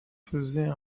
faisaient